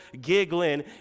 giggling